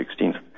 16th